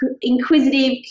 inquisitive